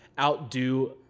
outdo